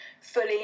fully